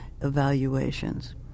evaluations